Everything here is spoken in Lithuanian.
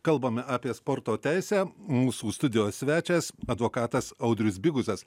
kalbame apie sporto teisę mūsų studijos svečias advokatas audrius biguzas